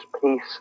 peace